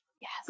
yes